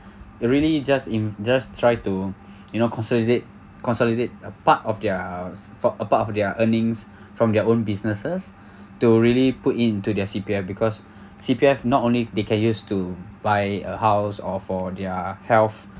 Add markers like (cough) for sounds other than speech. really just in just try to (breath) you know consolidate consolidate part of their part of their earnings from their own businesses (breath) to really put into their C_P_F because (breath) C_P_F not only they can use to buy a house or for their health